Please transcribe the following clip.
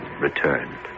returned